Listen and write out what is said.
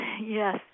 Yes